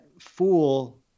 fool